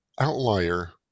outlier